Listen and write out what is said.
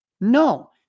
no